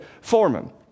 foreman